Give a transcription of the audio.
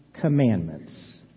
commandments